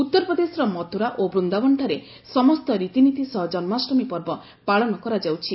ଉତ୍ତରପ୍ରଦେଶର ମଥ୍ରରା ଓ ବୃନ୍ଦାବନଠାରେ ସମସ୍ତ ରୀତିନୀତି ସହ ଜନ୍ଦାଷ୍ଟମୀ ପର୍ବ ପାଳନ କରାଯାଉଛି